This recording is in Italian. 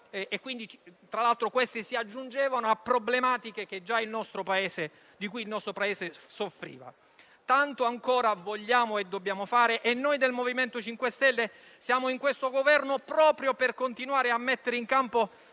tra l'altro, si aggiungono a problematiche di cui già il nostro Paese soffriva. Tanto ancora vogliamo e dobbiamo fare e noi del MoVimento 5 Stelle siamo in questo Governo proprio per continuare a mettere in campo